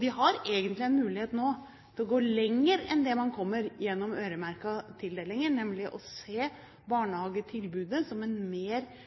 De har egentlig en mulighet nå til å gå lenger enn det man kommer gjennom øremerkede tildelinger, nemlig å se barnehagetilbudet som en mer